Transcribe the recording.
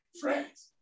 friends